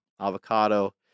avocado